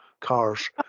cars